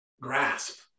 grasp